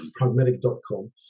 pragmatic.com